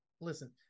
listen